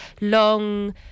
long